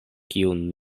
kiun